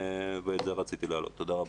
ואת זה רציתי להעלות, תודה רבה.